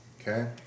Okay